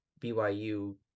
BYU